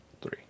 three